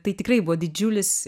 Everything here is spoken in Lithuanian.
tai tikrai buvo didžiulis